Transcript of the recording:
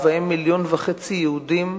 ובהם מיליון וחצי ילדים,